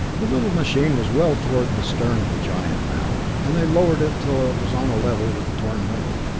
the little machine was well toward the stern of the giant now, and they lowered it till it was on a level with the torn metal.